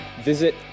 visit